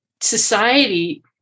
society